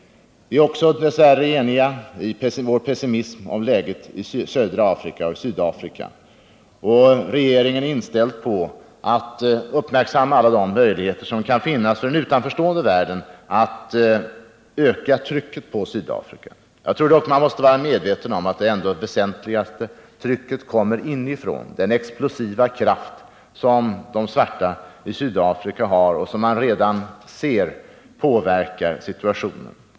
Vi är också dess värre eniga i vår pessimism om läget i Sydafrika. Regeringen är också inställd på att uppmärksamma alla möjligheter som kan finnas för den utanför stående världen att öka trycket på Sydafrika. Ändå tror jag man måste vara medveten om att det väsentligaste trycket kommer inifrån, den explosiva kraft som de svarta i Sydafrika själva står för och som man redan ser påverkar situationen.